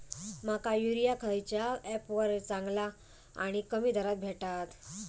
माका युरिया खयच्या ऍपवर चांगला आणि कमी दरात भेटात?